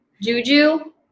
Juju